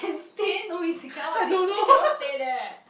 stay no it's I think cannot stay there eh